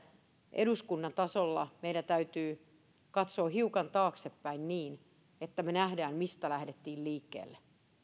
eduskunnan tasolla meidän täytyy katsoa hiukan taaksepäin niin että me näemme mistä me lähdimme liikkeelle